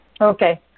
Okay